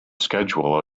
schedule